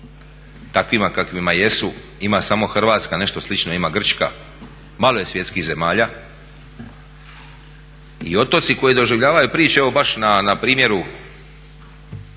takvima kakvi jesu ima samo Hrvatska. Nešto slično ima Grčka, malo je svjetskih zemalja. i otoci koji doživljavaju priče evo baš na primjeru